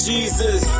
Jesus